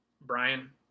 Brian